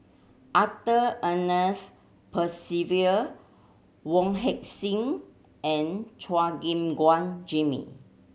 Arthur Ernest Percival Wong Heck Sing and Chua Gim Guan Jimmy